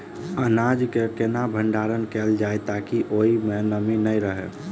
अनाज केँ केना भण्डारण कैल जाए ताकि ओई मै नमी नै रहै?